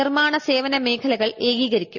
നിർമ്മാണ സേവന മേഖലകൾ ഏകീകരിക്കും